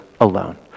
alone